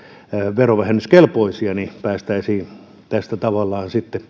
verovähennyskelpoisia niin päästäisiin tästä tavallaan sitten